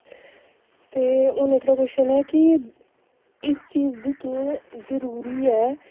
ते हून एह्कड़ा कोशन ऐ कि इस चीज गी केह् जरूरी ऐ